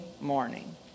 morning